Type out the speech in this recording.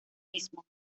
mismo